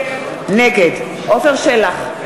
נגד עפר שלח,